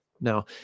Now